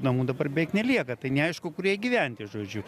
namų dabar beveik nelieka tai neaišku kur jai gyventi žodžiu